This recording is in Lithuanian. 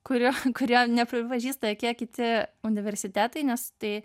kurio kurio nepripažįsta kiti universitetai nes tai